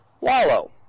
Wallow